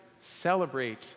celebrate